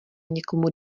někomu